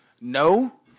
No